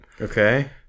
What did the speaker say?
Okay